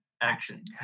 action